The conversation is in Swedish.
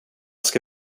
ska